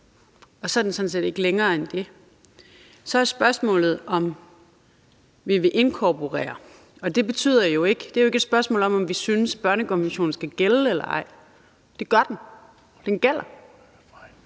og så er den sådan set ikke længere end det. Så er spørgsmålet, om vi vil inkorporere den, og det er jo ikke et spørgsmål om, om vi synes at børnekonventionen skal gælde eller ej, for det gør den, og måske